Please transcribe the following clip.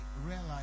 realize